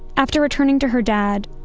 after returning to her dad,